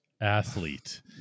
athlete